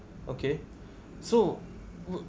okay so mm